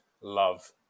love